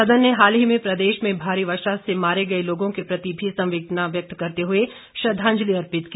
सदन ने हाल ही में प्रदेश में भारी वर्षा से मारे गए लोगों के प्रति भी संवेदना व्यक्त करते हुए श्रद्धांजलि अर्पित की